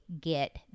get